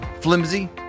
flimsy